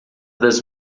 das